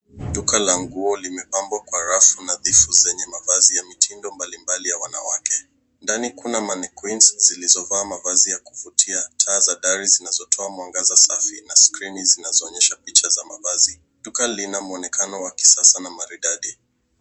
Duka la nguo limepambwa kwa rafu nadhifu zenye mavazi ya mitindo mbalimbali ya wanawake. Ndani kuna maniqueens zilizovaa mavazi ya kuvutia. Taa za dari zinazotoa mwangaza safi na skrini zinazoonyesha picha za mavazi. Duka lina mwonekano wa kisasa na maridadi.